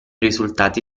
risultati